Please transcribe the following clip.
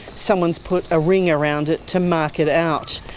someone has put a ring around it to mark it out.